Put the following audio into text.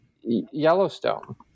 Yellowstone